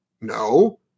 no